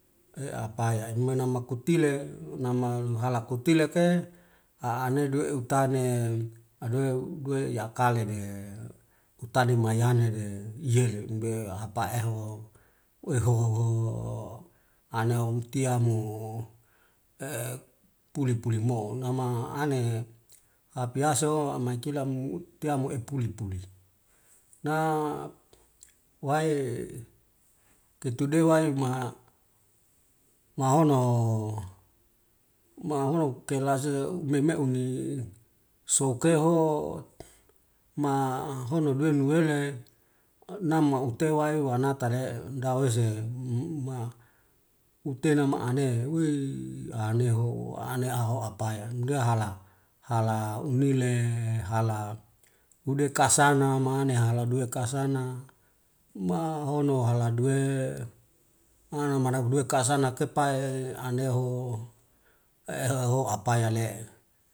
Eapya emai nama kutile nama luhal kutileke aane duwe utane duwe ikalade itani mayanede iyele unde hapa eho wehoho ane umtiamo pulepule moun nama ane apiseho amaikilamo teame apulipuli na wae ketude wai ma mahono mahono kelese memeuni sokeho ma hono duwe nuele nama utewai wanatade dawese ma utenama ane wei aneho ane aho apaya mdehala hala unile, hala udeka sana maane hola duwe kasana ma honu hala duwe kasan kepai aneho eheho apaya le'e.